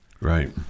Right